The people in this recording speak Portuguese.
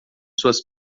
suas